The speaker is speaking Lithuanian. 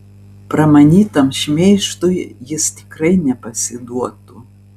pramanytam šmeižtui jis tikrai nepasiduotų